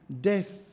death